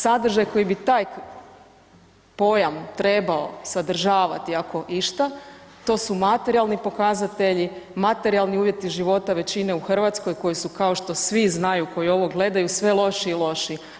Sadržaj koji bi taj pojam trebao sadržavati ako išta, to su materijalni pokazatelji, materijali uvjeti život većine u Hrvatskoj koji su kao što svi znaju koji ovo gledaju sve lošiji i lošiji.